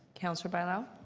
counselor bailao.